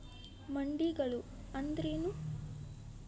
ಮಂಡಿಗಳು ಅಂದ್ರೇನು?